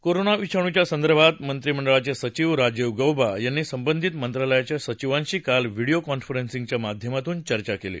corona विषाणूच्या संदर्भात मंत्रिमंडळाचे सचिव राजीव गौबा यांनी संदर्धित मंत्रालयाच्या सचिवांशी काल व्हिडीओ कॉन्फरन्सिंगच्या माध्यमातून चर्चा केली